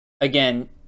again